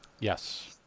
Yes